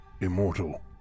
immortal